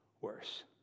worse